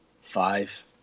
five